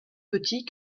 petits